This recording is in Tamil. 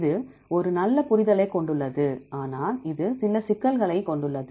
இது ஒரு நல்ல புரிதலைக் கொண்டுள்ளது ஆனால் இது சில சிக்கல்களைக் கொண்டுள்ளது